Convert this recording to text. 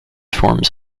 forms